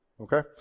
Okay